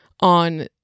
on